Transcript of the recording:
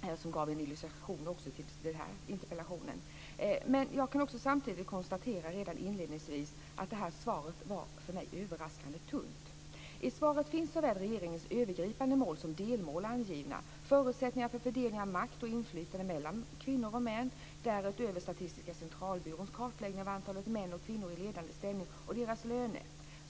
som också gav en illustration till denna interpellationsdebatt. Samtidigt kan jag konstatera redan inledningsvis att detta svar var överraskande tunt. I svaret finns såväl regeringens övergripande mål som delmål angivna, förutsättningar för fördelning av makt och inflytande mellan kvinnor och män och därutöver Statistiska centralbyråns kartläggning av antalet män och kvinnor i ledande ställning och deras löner.